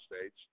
states